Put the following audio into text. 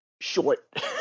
short